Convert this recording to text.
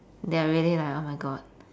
they're really like oh my god